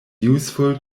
useful